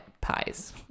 pies